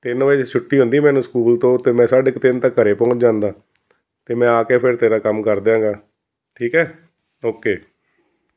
ਤਿੰਨ ਵਜੇ ਛੁੱਟੀ ਹੁੰਦੀ ਮੈਨੂੰ ਸਕੂਲ ਤੋਂ ਅਤੇ ਮੈਂ ਸਾਢੇ ਕੁ ਤਿੰਨ ਤਾਂ ਘਰ ਪਹੁੰਚ ਜਾਂਦਾ ਅਤੇ ਮੈਂ ਆ ਕੇ ਫਿਰ ਤੇਰਾ ਕੰਮ ਕਰ ਦਿਆਂਗਾ ਠੀਕ ਹੈ ਓਕੇ ਨ